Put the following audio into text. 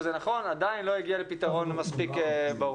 עדיין לא הגיע לפתרון מספיק ברור.